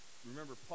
Remember